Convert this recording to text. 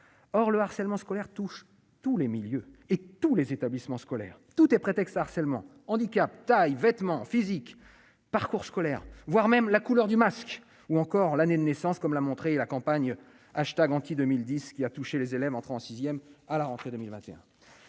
or le harcèlement scolaire touche tous les milieux et tous les établissements scolaires, tout est prétexte à harcèlement handicap taille vêtements physique parcours scolaire, voire même la couleur du masque, ou encore l'année de naissance, comme l'a montré la campagne hashtag anti-2010 qui a touché les élèves entrant en 6ème à la rentrée 2021,